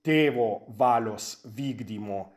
tėvo valios vykdymo